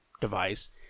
device